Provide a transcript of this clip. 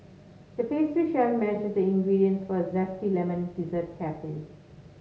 the pastry chef measured the ingredients for a zesty lemon dessert carefully